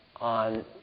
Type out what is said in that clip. on